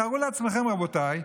תארו לעצמכם, רבותיי,